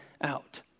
out